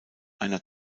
einer